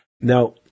Now